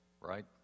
right